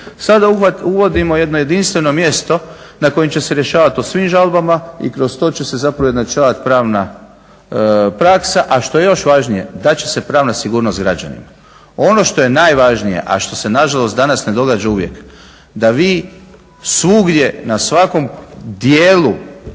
Sada uvodimo jedno jedinstveno mjesto na kojim će se rješavati o svim žalbama i kroz to će se zapravo ujednačavati pravna praksa, a što je još važnije dat će se pravna sigurnost građanima. Ono što je najvažnije a što se na žalost danas ne događa uvijek da vi svugdje na svakom dijelu